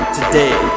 Today